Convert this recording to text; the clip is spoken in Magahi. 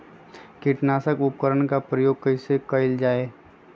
किटनाशक उपकरन का प्रयोग कइसे कियल जाल?